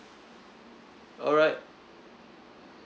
all right